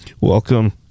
Welcome